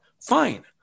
Fine